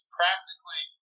practically